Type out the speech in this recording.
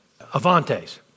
Avantes